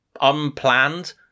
unplanned